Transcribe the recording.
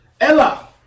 Ella